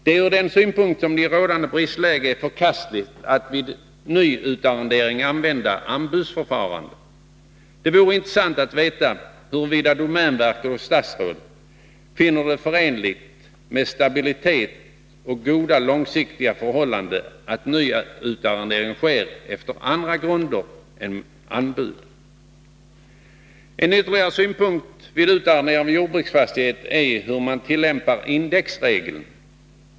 Det är ur den synpunkten som det i rådande bristläge är förkastligt att vid nyutarrendering använda anbudsförfarande. Det vore intressant att veta huruvida domänverket och statsrådet finner det förenligt med stabilitet och goda långsiktiga förhållanden, att nyutarrendering sker efter andra grunder än anbud. En ytterligare fråga som bör beaktas vid utarrendering av jordbruksfastighet är hur man tillämpar indexregeln.